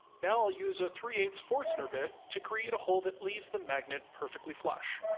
now i'll use a three-eighths forstner bit to create a hole that leaves the magnet perfectly flush.